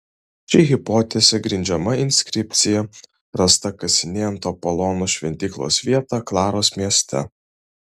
ši hipotezė grindžiama inskripcija rasta kasinėjant apolono šventyklos vietą klaros mieste